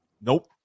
Nope